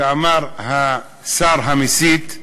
שאמר "השר המסית"